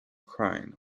crying